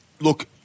look